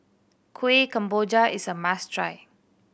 Kuih Kemboja is a must try